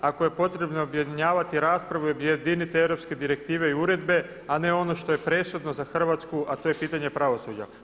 Ako je potrebno objedinjavati raspravu, objedinite europske direktive i uredbe, a ne ono što je presudno za Hrvatsku, a to je pitanje pravosuđa.